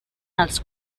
els